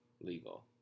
legal